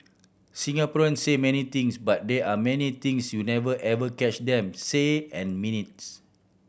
Singaporeans say many things but there are many things you never ever catch them say and mean its